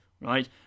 right